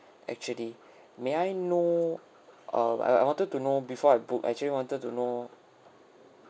actually may I know uh I I wanted to know before I book I actually wanted to know